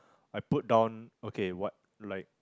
I put down okay what like